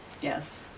Yes